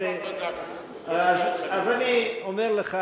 אני כבר בדקתי את זה, אז אני אומר לך